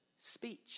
Speech